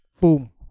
Boom